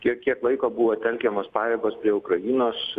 kiek kiek laiko buvo telkiamos pajėgos prie ukrainos